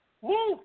Woo